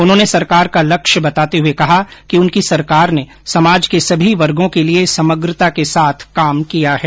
उन्होंने सरकार का लक्ष्य बताते हुए कहा कि उनकी सरकार ने समाज के सभी वर्गो के लिये समग्रता के साथ काम किया है